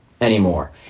anymore